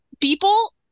people